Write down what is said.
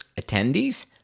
attendees